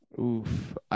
Oof